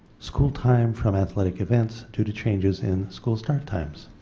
school time from athletic events, due to changes in school start times.